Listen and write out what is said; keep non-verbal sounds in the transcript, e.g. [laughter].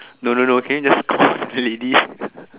no no no can you just call the lady [breath]